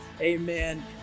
Amen